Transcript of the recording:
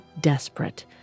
desperate